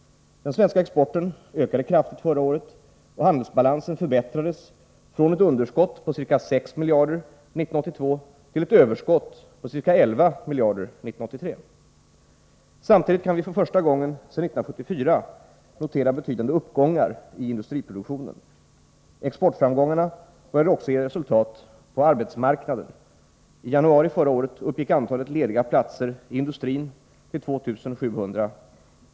Den svenska exporten ökade kraftigt under förra året, och handelsbalansen förbättrades från ett underskott på ca 6 miljarder 1982 till ett överskott på ca 11 miljarder 1983. Samtidigt kan vi för första gången sedan 1974 notera betydande uppgångar i industriproduktionen. Exportframgångarna börjar också ge resultat på arbetsmarknaden. I januari förra året uppgick antalet lediga platser i industrin till 2 700.